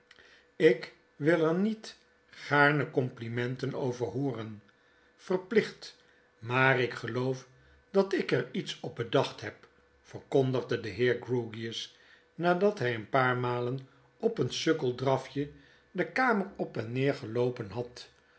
ik wil er niet gaarne complimenten over hooren verplicht maar ik geloof dat ik er iets op bedacht heb verkondigde de heer grewgious nadat hij een paar malen op een sukkeldratje de kamer op en neer geloopen had